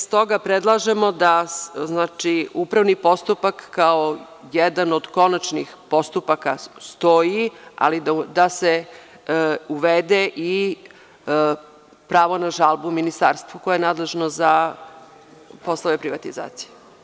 Stoga predlažemo da upravni postupak, kao jedan od konačnih postupaka stoji, ali da se uvede i pravo na žalbu ministarstvu koje je nadležno za poslove privatizacije.